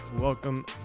welcome